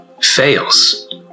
fails